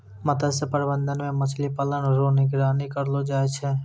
मत्स्य प्रबंधन मे मछली पालन रो निगरानी करलो जाय छै